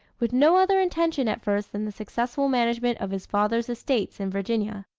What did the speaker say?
with no other intention at first than the successful management of his father's estates in virginia.